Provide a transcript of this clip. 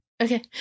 Okay